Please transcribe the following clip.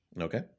Okay